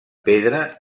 pedra